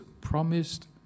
promised